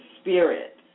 spirit